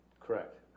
Correct